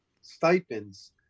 stipends